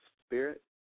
spirit